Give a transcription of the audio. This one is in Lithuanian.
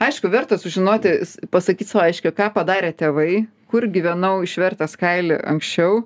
aišku verta sužinoti pasakyt sau aiškiai ką padarė tėvai kur gyvenau išvertęs kailį anksčiau